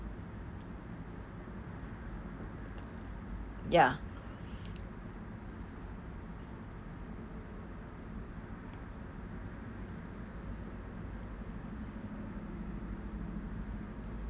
ya